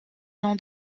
nom